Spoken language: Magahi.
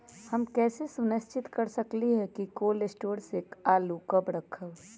हम कैसे सुनिश्चित कर सकली ह कि कोल शटोर से आलू कब रखब?